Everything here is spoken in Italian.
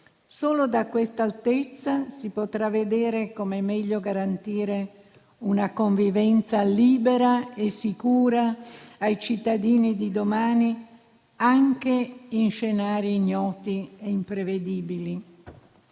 Solo da questa altezza si potrà vedere come meglio garantire una convivenza libera e sicura ai cittadini di domani, anche in scenari ignoti e imprevedibili.